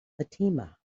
fatima